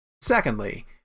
Secondly